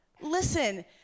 Listen